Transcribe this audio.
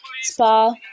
spa